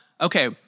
okay